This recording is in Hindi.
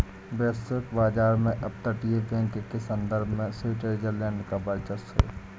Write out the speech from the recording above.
वैश्विक बाजार में अपतटीय बैंक के संदर्भ में स्विट्जरलैंड का वर्चस्व है